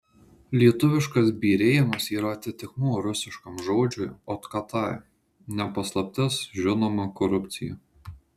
lietuviškas byrėjimas yra atitikmuo rusiškam žodžiui otkatai ne paslaptis žinoma korupcija